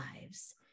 lives